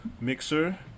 mixer